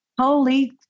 Holy